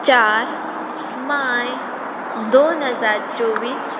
चार माय दोन हजार चोवीस